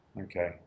Okay